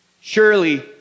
Surely